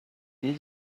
did